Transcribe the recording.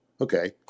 Okay